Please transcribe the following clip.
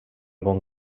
bon